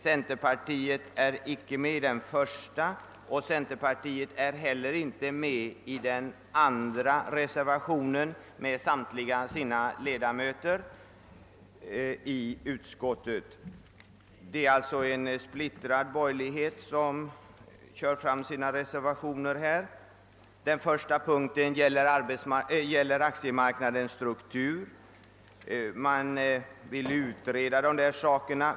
Centerpartiet är icke alls med på den första reservationen, och det står heller inte bakom den andra med samtliga sina ledamöter i utskottet. Det är alltså en splittrad borgerlighet som här för fram sina reservationer. Den första punkten gäller aktiemarknadens struktur. Reservanterna vill utreda denna.